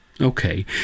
Okay